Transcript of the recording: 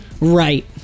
Right